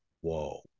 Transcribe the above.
whoa